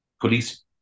police